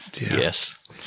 Yes